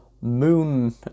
moon